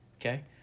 Okay